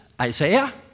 Isaiah